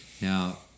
Now